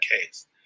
case